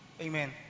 Amen